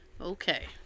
Okay